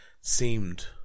seemed